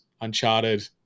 Uncharted